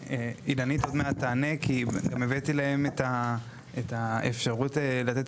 אילנית עוד מעט תענה כי גם הבאתי להם את האפשרות לתת